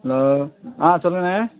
hello ஆ சொல்லுங்கண்ணே